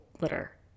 litter